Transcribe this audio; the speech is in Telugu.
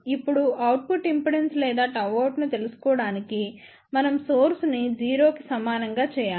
ఇప్పుడు అవుట్పుట్ ఇంపిడెన్స్ లేదా Γout ను తెలుసుకోవడానికి మనం సోర్స్ ని 0 కి సమానం గా చేయాలి